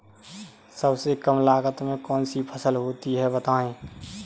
सबसे कम लागत में कौन सी फसल होती है बताएँ?